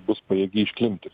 bus pajėgi išklimpti